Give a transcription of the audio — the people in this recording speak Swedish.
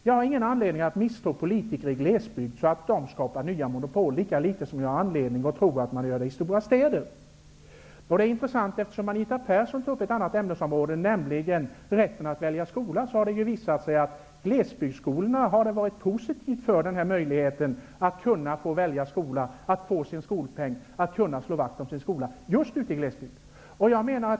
Jag har ingen anledning att misstro politiker i glesbygd, så att de skulle skapa nya monopol, lika litet som jag har anledning att tro att man gör det i stora städer. Det är intressant, eftersom Anita Persson tar upp ett annat ämnesområde, nämligen rätten att välja skola. Det har visat sig att möjligheten att välja skola och skolpengen har varit något positivt för just glesbygdsskolorna.